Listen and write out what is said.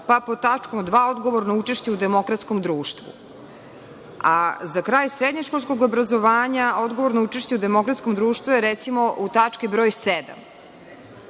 su, pod tačkom 2. odgovorno učešće u demokratskom društvu. A, za kraj srednješkolskog obrazovanja odgovorno učešće u demokratskom društvu je recimo u tački broj